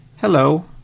hello